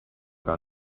gar